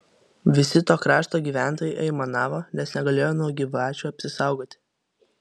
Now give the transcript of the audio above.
visi to krašto gyventojai aimanavo nes negalėjo nuo gyvačių apsisaugoti